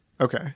Okay